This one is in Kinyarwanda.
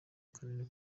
kanini